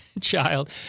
child